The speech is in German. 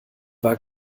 war